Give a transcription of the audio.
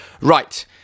right